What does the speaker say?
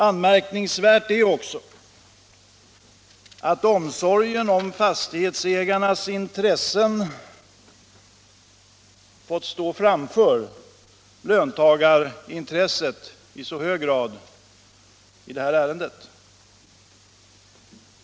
Anmärkningsvärt är också att omsorgen om fastighetsägarnas intressen fått stå framför löntagarintresset i så hög grad i det här ärendet.